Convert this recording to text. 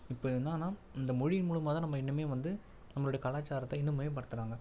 இப்போ என்னென்னா இந்த மொழியின் மூலமாகதான் நம்ம இனிமேல் வந்து நம்மளுடைய கலாச்சாரத்தை இன்னும் மேம்படுத்துகிறாங்க